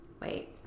Wait